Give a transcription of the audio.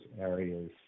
areas